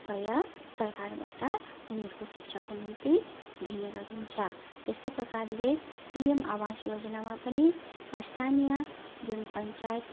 रुपियाँ सरकारबाट उनीहरूको शिक्षाको निम्ति दिने गरिन्छ यस्तै प्रकारले पिएम आवास योजनामा पनि स्थानीय जुन पञ्चायत